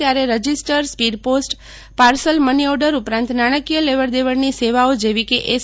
ત્યારે register speed post parcel money order ઉપરાંત નાણાકીય લેવડ દેવળની સેવાઓ જેવી કે એસ